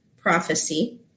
prophecy